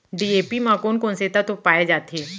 DAP म कोन कोन से तत्व पाए जाथे?